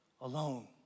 alone